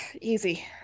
easy